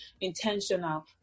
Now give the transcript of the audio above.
intentional